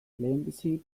lehenbizi